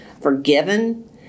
forgiven